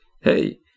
hey